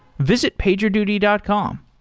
visit pagerduty dot com.